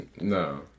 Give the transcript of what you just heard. No